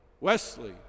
Wesley